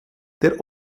der